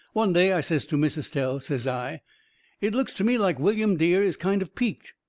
one day i says to miss estelle, says i it looks to me like william dear is kind of peaked.